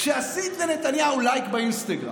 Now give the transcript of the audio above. כשעשית לנתניהו לייק באינסטגרם,